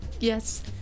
Yes